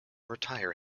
retire